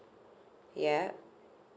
yeah